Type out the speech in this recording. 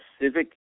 civic